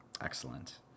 Excellent